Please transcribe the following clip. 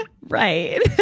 right